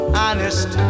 honest